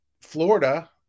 Florida